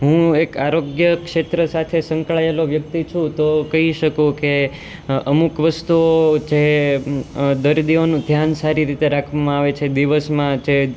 હું એક આરોગ્ય ક્ષેત્ર સાથે સંકળાયેલો વ્યક્તિ છું તો કહી શકું કે અમુક વસ્તુઓ જે દર્દીઓનું ધ્યાન સારી રીતે રાખવામાં આવે છે દિવસમાં જે